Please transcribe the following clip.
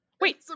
Wait